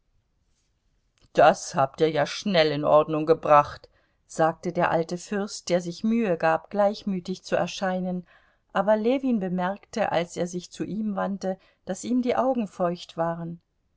das habt ihr ja schnell in ordnung gebracht sagte der alte fürst der sich mühe gab gleichmütig zu erscheinen aber ljewin bemerkte als er sich zu ihm wandte daß ihm die augen feucht waren